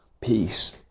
Peace